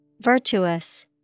Virtuous